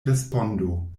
respondo